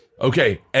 okay